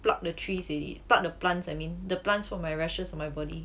pluck the trees already pluck the plants I mean the plants for my rashes on my body